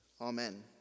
amen